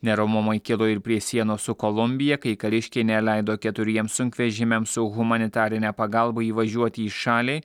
neramumai kilo ir prie sienos su kolumbija kai kariškiai neleido keturiems sunkvežimiams su humanitarine pagalba įvažiuoti į šalį